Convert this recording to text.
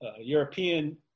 European